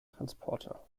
transporter